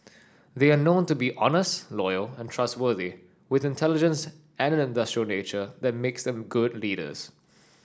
they are known to be honest loyal and trustworthy with intelligence and an industrious nature that makes them good leaders